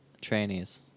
trainees